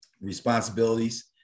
Responsibilities